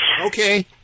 Okay